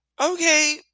Okay